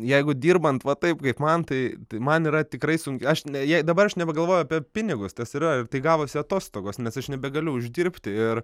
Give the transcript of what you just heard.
jeigu dirbant va taip kaip man tai tai man yra tikrai sunki aš ne jei dabar aš nebegalvoju apie pinigus tas yra ir tai gavosi atostogos nes aš nebegaliu uždirbti ir